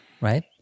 right